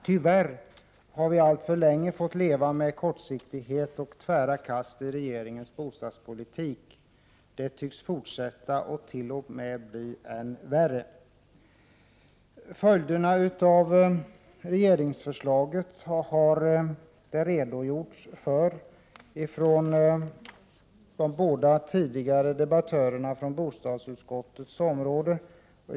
Tyvärr har vi alltför länge fått leva med kortsiktighet och tvära kast i regeringens bostadspolitik. Det tycks fortsätta och t.o.m. bli än värre. De båda föregående talarna har redogjort för följderna av regeringsförslaget på bostadsutskottets område.